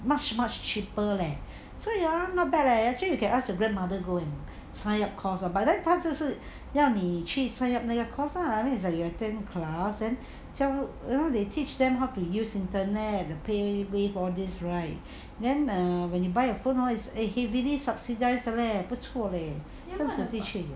much much cheaper leh 所以 hor not bad leh actually you can ask your grandmother go and sign up course hor but then 他只是让你去 sign up course lah is like they attend course then and they teach them how to use internet the pay wave all these right then when you buy phone hor it's heavily subsidised leh 不错 leh